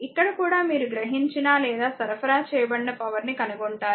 ఇక్కడ కూడా మీరు గ్రహించిన లేదా సరఫరా చేయబడిన పవర్ ని కనుగొంటారు